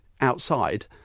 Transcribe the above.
outside